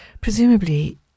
Presumably